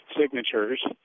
signatures